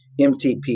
MTP